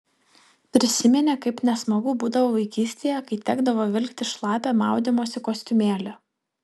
prisiminė kaip nesmagu būdavo vaikystėje kai tekdavo vilktis šlapią maudymosi kostiumėlį